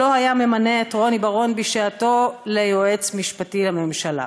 לא היה ממנה את רוני בר-און בשעתו ליועץ משפטי לממשלה.